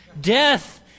Death